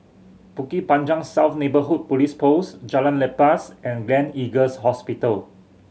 Bukit Panjang South Neighbourhood Police Post Jalan Lepas and Gleneagles Hospital